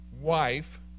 Wife